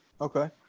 Okay